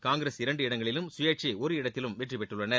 காங்கிரஸ் இரண்டு இடங்களிலும் சுயேச்சை ஒரு இடத்திலும் வெற்றி பெற்றுள்ளனர்